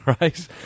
Right